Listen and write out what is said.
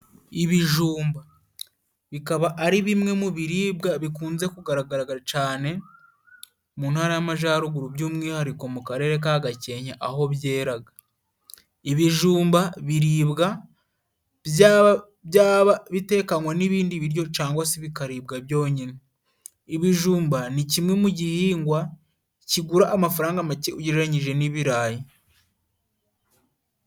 Ibijumba bikaba ari bimwe mu biribwa bikunze kugaragara cane mu ntara y'Amajaruguru, by'umwihariko mu karere ka Gakenke aho byeraga. Ibijumba biribwa byaba bitekanwe n'ibindi biribwa cangwa se bikaribwa byonyine, ibijumba ni kimwe mu gihingwa kigura amafaranga make ugereranyije n'ibirayi.